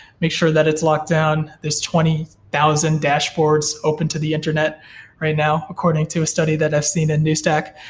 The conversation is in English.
make sure that it's locked down, there's twenty thousand dashboards open to the internet right now according to a study that i've seen a new stack,